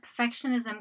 perfectionism